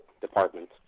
department